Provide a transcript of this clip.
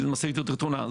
שזו משאית פחות גדולה.